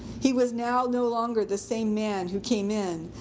he was now no longer the same man who came in,